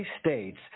states